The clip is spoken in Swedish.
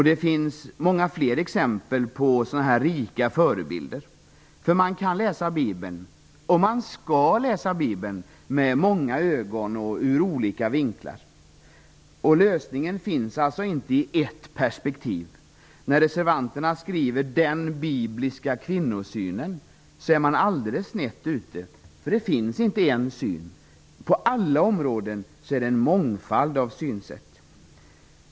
Det finns många fler exempel på sådana här rika förebilder. Man kan och skall läsa Bibeln med många synsätt och ur olika vinklar. Lösningen finns alltså inte i ett perspektiv. När reservanterna skriver "den bibliska kvinnosynen" är man alldeles snett ute, för det finns inte en syn. På alla områden finns det en mångfald av synsätt.